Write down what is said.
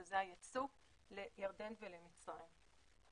וזה הייצוא לירדן ולמצרים.